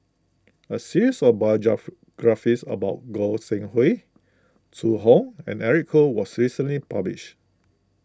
a series of biographies about Goi Seng Hui Zhu Hong and Eric Khoo was recently published